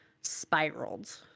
spiraled